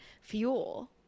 fuel